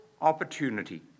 opportunity